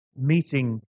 meeting